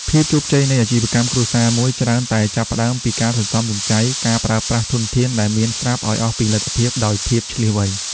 ភាពជោគជ័យនៃអាជីវកម្មគ្រួសារមួយ ច្រើនតែចាប់ផ្ដើមពីការសន្សំសំចៃ និងការប្រើប្រាស់ធនធានដែលមានស្រាប់ឱ្យអស់ពីលទ្ធភាពដោយភាពឈ្លាសវៃ។